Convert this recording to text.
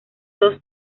dos